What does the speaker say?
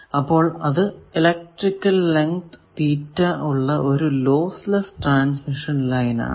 അത് electrical length theta ഉള്ള ഒരു ലോസ് ലെസ്സ് ട്രാൻസ്മിഷൻ ലൈൻ ആണ്